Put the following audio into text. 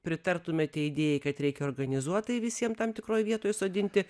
pritartumėte idėjai kad reikia organizuotai visiem tam tikroj vietoj sodinti